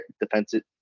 defensive